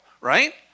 right